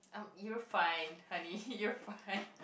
you're fine honey you're fine